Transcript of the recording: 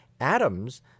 atoms